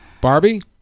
Barbie